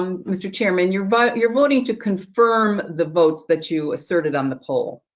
um mr. chairman. you're voting you're voting to confirm the votes that you asserted on the poll.